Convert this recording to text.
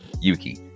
Yuki